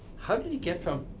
how did you get from,